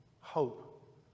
hope